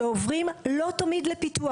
שעוברים לא תמיד לפיתוח.